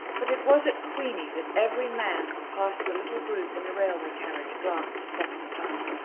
but it was at queenie that every man who passed the little group in the railway carriage glanced a second time.